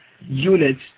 units